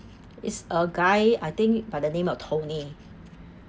it's a guy I think by the name of tony